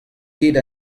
ket